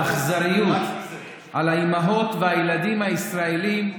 באכזריות על האימהות והילדים הישראלים,